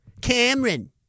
Cameron